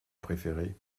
préféré